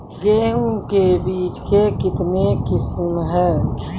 गेहूँ के बीज के कितने किसमें है?